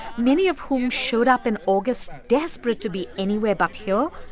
many of whom showed up in august desperate to be anywhere but here,